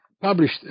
published